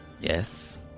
Yes